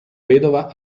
vedova